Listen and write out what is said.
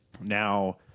Now